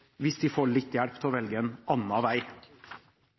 hvis de får litt hjelp til å velge en annen vei.